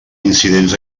incidents